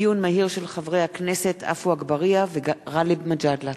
הצעתם של חברי הכנסת עפו אגבאריה וגאלב מג'אדלה.